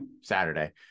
saturday